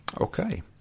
okay